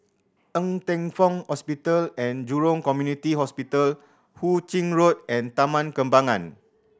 Ng Teng Fong Hospital And Jurong Community Hospital Hu Ching Road and Taman Kembangan